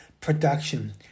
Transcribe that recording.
production